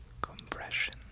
compression